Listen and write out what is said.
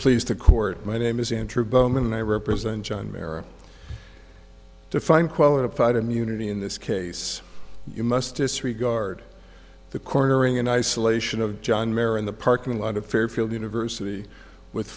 pleased to court my name is andrew bowman i represent john barrow to find qualified immunity in this case you must disregard the cornering and isolation of john mayer in the parking lot of fairfield university with